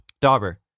dauber